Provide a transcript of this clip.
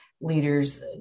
leaders